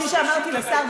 כפי שאמרתי לשר,